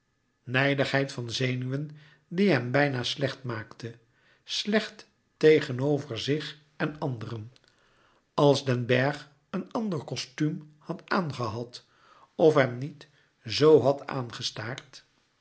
nijdigheid van zenuwen die hem bijna slecht maakte slecht tegenover zich en anderen als den bergh een ander kostuum had aangehad of hem niet zoo had